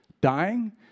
dying